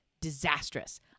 disastrous